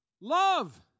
love